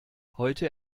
heute